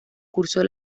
cursó